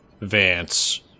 Vance